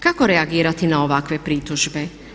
Kako reagirati na ovakve pritužbe?